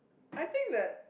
I think that